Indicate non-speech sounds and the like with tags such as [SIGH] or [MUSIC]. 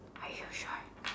are you sure [NOISE]